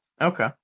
Okay